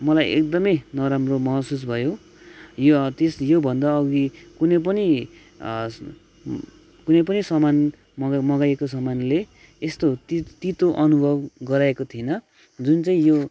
मलाई एकदमै नराम्रो महसुस भयो यो तिस योभन्दा अघि कुनै पनि कुनै पनि सामान मगा मगाएको समानले यस्तो ती तितो अनुभव गराएको थिएन जुन चाहिँ यो